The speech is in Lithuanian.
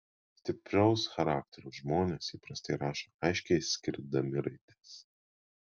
stipraus charakterio žmonės įprastai rašo aiškiai išskirdami raides